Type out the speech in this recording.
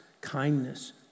kindness